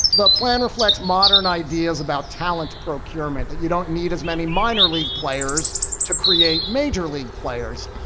the plan reflects modern ideas about talent procurement that you don't need as many minor league players to create major league players.